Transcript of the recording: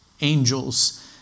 angels